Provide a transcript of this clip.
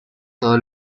todo